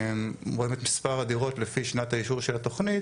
רואים את מספר הדירות לפי שנת האישור של התוכנית,